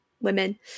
women